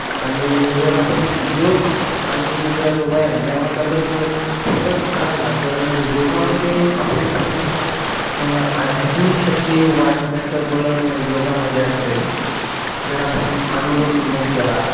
आणि जर आपण योग आणि जर व्यायाम यामधला जर फरक काढला जर योगामध्ये आपली पूर्ण आध्यात्मिक शक्ती वाढवण्याचं बळ योगामध्ये असतं आहे जर आपण अनुलोम विलोम केला